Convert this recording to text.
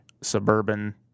suburban